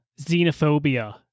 xenophobia